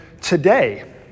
today